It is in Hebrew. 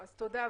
תודה.